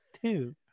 two